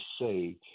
say